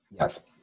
Yes